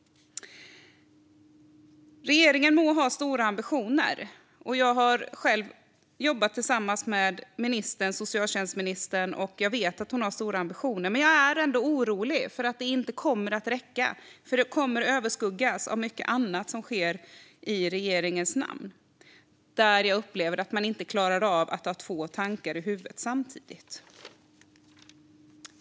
Regeringen må ha stora ambitioner - jag har själv jobbat tillsammans med socialtjänstministern, och jag vet att hon har stora ambitioner - men jag är ändå orolig för att det inte kommer att räcka. Det kommer att överskuggas av mycket annat som sker i regeringens namn där jag upplever att man inte klarar av att ha två tankar i huvudet samtidigt.